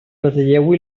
ratlleu